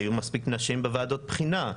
היו מספיק נשים בוועדות בחינה.